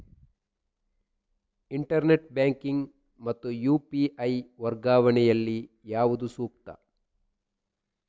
Internet banking ಮತ್ತು UPI ವರ್ಗಾವಣೆ ಯಲ್ಲಿ ಯಾವುದು ಸೂಕ್ತ?